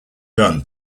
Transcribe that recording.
done